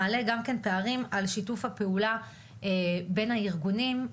מעלה גם כן פערים על שיתוף הפעולה בין הארגונים,